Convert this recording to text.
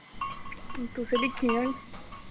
हु'न तुसै दिक्खी